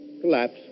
collapse